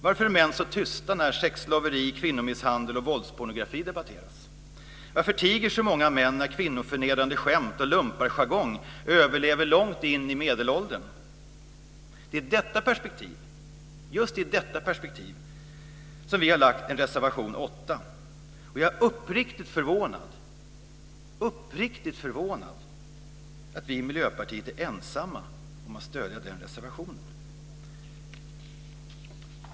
Varför är män så tysta när sexslaveri, kvinnomisshandel och våldspornografi debatteras? Varför tiger så många män när kvinnoförnedrande skämt och lumparjargong överlever långt in i medelåldern? Det är i detta perspektiv, just i detta perspektiv som vi har lagt vår reservation 8. Jag är uppriktigt förvånad att vi i Miljöpartiet är ensamma om att stödja den reservationen.